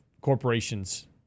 corporations